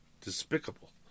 despicable